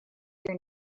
your